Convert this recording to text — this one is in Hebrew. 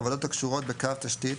- עבודות הקשורות בקו תשתית,